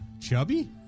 Chubby